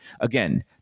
Again